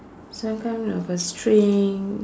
some kind of a string